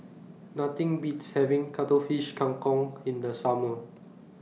Nothing Beats having Cuttlefish Kang Kong in The Summer